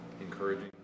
Encouraging